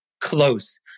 close